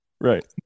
Right